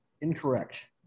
Incorrect